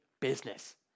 business